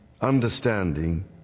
understanding